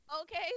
Okay